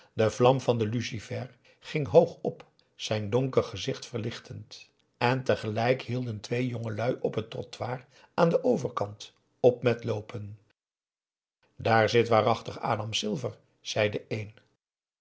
de vlam van den lucifer ging hoog op zijn donker gezicht verlichtend en tegelijk hielden twee jongelui op het trottoir aan den overkant op met loopen daar zit waarachtig adam silver zei de een